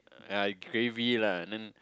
like gravy lah and then